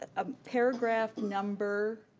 ah paragraph number,